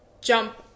jump